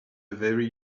very